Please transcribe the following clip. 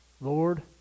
Lord